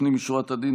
לפנים משורת הדין,